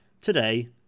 today